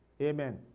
Amen